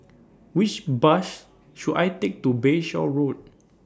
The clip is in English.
Which Bus should I Take to Bayshore Road